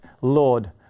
Lord